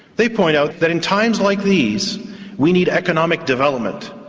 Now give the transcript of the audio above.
they point out that in times like these we need economic development.